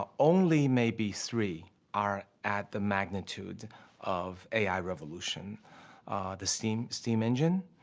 ah only maybe three are at the magnitude of a i. revolution the steam, steam engine,